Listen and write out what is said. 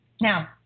Now